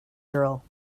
girl